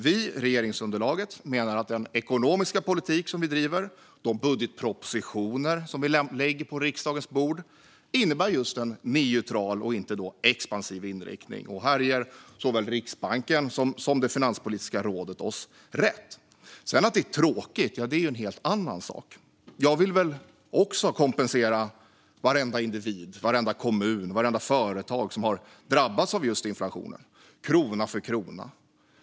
Vi i regeringsunderlaget menar att den ekonomiska politik som vi driver och de budgetpropositioner som vi lägger på riksdagens bord innebär just en neutral och inte en expansiv inriktning. Här ger såväl Riksbanken som Finanspolitiska rådet oss rätt. Att det sedan är tråkigt är en helt annan sak. Jag vill väl också kompensera varenda individ, varenda kommun och vartenda företag som har drabbats av inflationen, krona för krona.